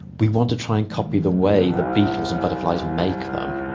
we want to try and copy the way the beetles and butterflies make them.